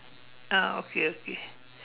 ah okay okay